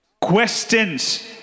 questions